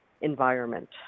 environment